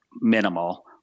minimal